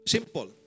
Simple